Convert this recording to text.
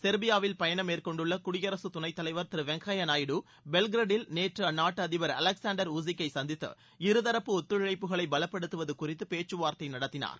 செர்பியாவில் பயணம் மேற்கொண்டுள்ள குடியரசு துணைத் தலைவர் திரு வெங்கப்ய நாயுடு பெல்கிரேடில் நேற்று அந்நாட்டு அதிபர் அலெக்சாண்டர் வியூசிக்கை சந்தித்து இருதரப்பு ஒத்துழைப்புகளை பலப்படுத்துவது குறித்து பேச்சுவார்த்தை நடத்தினார்